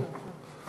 כן.